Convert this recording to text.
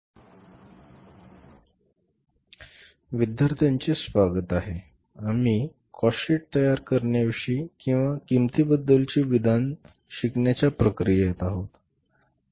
स्वागतार्ह विद्यार्थ्यांनो आम्ही काॅस्ट शीट तयार करण्याविषयी किंवा किंमतीबद्दलचे विधान शिकण्याच्या प्रक्रियेत आहोत